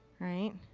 right.